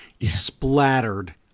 splattered